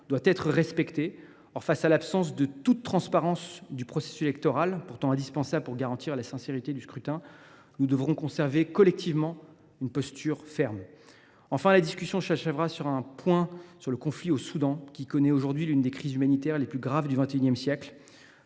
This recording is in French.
doit être respecté. Or, face à l’absence de toute transparence du processus électoral, pourtant indispensable pour garantir la sincérité du scrutin, nous devrons conserver collectivement une posture ferme. Enfin, la discussion s’achèvera par un point sur le conflit au Soudan, pays qui connaît aujourd’hui l’une des crises humanitaires les plus graves du XXI siècle,